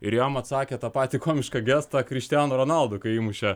ir jam atsakė tą patį komišką gestą chrištiano ronaldo kai įmušė